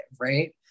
right